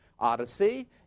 Odyssey